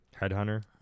headhunter